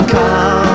Come